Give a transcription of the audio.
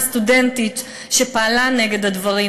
הסטודנטית שפעלה נגד הדברים,